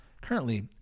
Currently